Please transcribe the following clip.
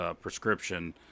prescription